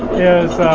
is